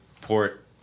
port